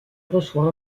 reçoit